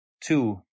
two